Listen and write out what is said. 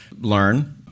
learn